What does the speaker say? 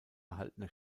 erhaltene